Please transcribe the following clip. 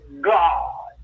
God